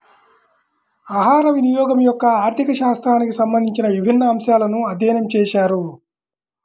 ఆహారవినియోగం యొక్క ఆర్థిక శాస్త్రానికి సంబంధించిన విభిన్న అంశాలను అధ్యయనం చేశారు